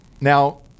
Now